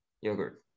Yogurt